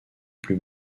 plus